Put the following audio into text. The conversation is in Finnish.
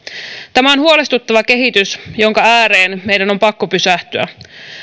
tämä on huolestuttava kehitys jonka ääreen meidän on pakko pysähtyä